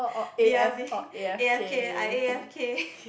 b_r_b a_f_k I a_f_k